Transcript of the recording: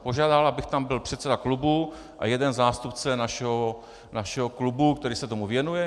Požádal, aby tam byl předseda klubu a jeden zástupce našeho klubu, který se tomu věnuje.